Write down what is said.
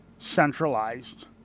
centralized